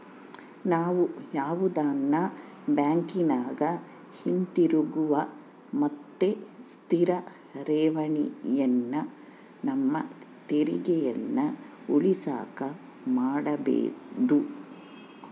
ನಾವು ಯಾವುದನ ಬ್ಯಾಂಕಿನಗ ಹಿತಿರುಗುವ ಮತ್ತೆ ಸ್ಥಿರ ಠೇವಣಿಯನ್ನ ನಮ್ಮ ತೆರಿಗೆಯನ್ನ ಉಳಿಸಕ ಮಾಡಬೊದು